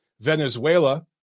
Venezuela